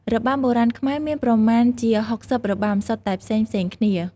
របាំបុរាណខ្មែរមានប្រមាណជា ៦០ របាំ សុទ្ធតែផ្សេងៗគ្នា។